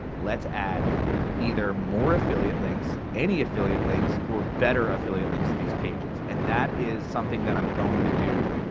let's add either more affiliate links, any affiliate links, or better affiliate links to these pages. and that is something that i'm going to do